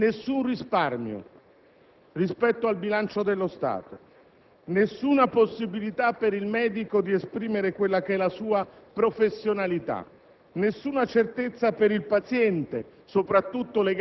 Presidente, colleghi, non vi è nessun risparmio rispetto al bilancio dello Stato; nessuna possibilità per il medico di esprimere la sua professionalità;